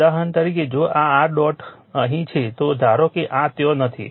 ઉદાહરણ તરીકે જો આ r આ ડોટ અહીં છે તો ધારો કે આ ત્યાં નથી